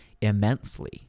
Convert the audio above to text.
immensely